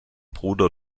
bruder